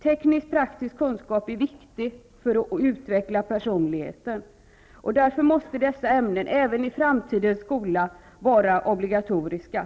Teknisk-praktisk kunskap är viktig för att utveckla personligheten, och därför måste detta ämne även i framtidens skola vara obligatoriskt.